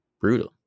Brutal